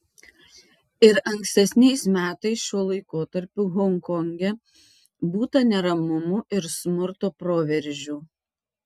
ir ankstesniais metais šiuo laikotarpiu honkonge būta neramumų ir smurto proveržių